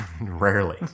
Rarely